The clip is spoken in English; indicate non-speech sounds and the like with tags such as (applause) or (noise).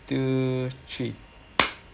two three (noise)